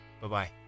Bye-bye